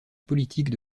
politique